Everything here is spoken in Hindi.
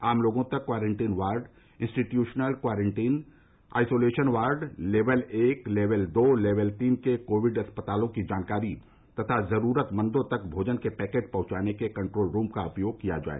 आम लोगों तक quarantine ward institutional quarantine isolation ward level एक लेवल दो लेवल तीन के कोविड अस्पतालों की जानकारी तथा जरूरतमंदों तक भोजन के पैकेट पहंचाने में कन्ट्रोल रूम का उपयोग किया जाए